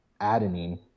adenine